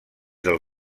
del